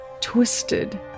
twisted